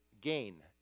gain